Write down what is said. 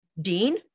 dean